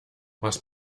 was